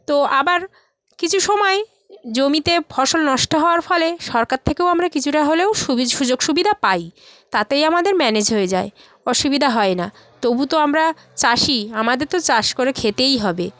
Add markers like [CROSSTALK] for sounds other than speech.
তো আবার কিছু সময় জমিতে ফসল নষ্ট হওয়ার ফলে সরকার থেকেও আমরা কিছুটা হলেও [UNINTELLIGIBLE] সুযোগ সুবিধা পাই তাতেই আমাদের ম্যানেজ হয়ে যায় অসুবিধা হয় না তবু তো আমরা চাষি আমাদের তো চাষ করে খেতেই হবে